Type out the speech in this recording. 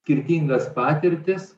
skirtingas patirtis